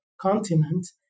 continent